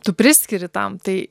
tu priskiri tam tai